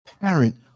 parent